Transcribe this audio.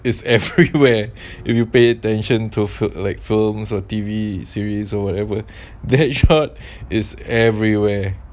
is everywhere if you pay attention to food like films or T_V series or whatever the head shot is everywhere